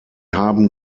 haben